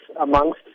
amongst